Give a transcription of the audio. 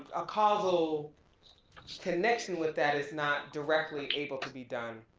a causal connection with that is not directly able to be done,